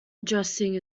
addressing